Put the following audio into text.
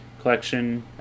collection